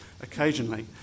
occasionally